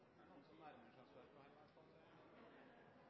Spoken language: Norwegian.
men her er